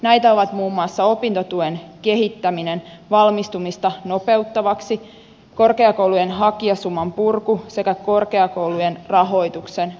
näitä ovat muun muassa opintotuen kehittäminen valmistumista nopeuttavaksi korkeakoulujen hakijasuman purku sekä korkeakoulujen rahoituksen uudistaminen